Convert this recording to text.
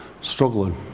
struggling